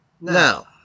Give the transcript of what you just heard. Now